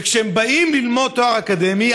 וכשהם באים ללמוד תואר אקדמי,